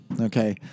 Okay